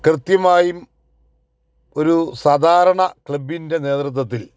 കൃത്യമായും ഒരു സാധാരണ ക്ലബ്ബിൻ്റെ നേതൃത്വത്തിൽ